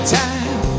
time